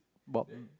about